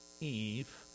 Eve